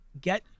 get